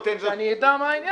בטענות, רק שאני אדע מה העניין.